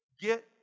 get